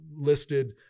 listed